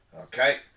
Okay